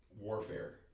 warfare